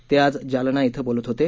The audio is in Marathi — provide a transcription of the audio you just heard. ते आज जालना इथं बोलत होते